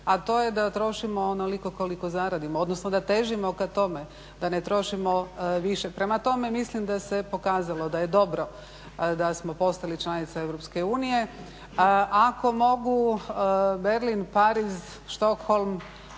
a to je da trošimo onoliko koliko zaradimo, odnosno da težimo ka tome da ne trošimo više. Prema tome mislim da se pokazalo da je dobro da smo postali članica Europske unije. Ako mogu Berlin, Pariz, Stockholm,